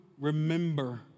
remember